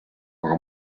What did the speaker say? aga